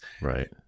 Right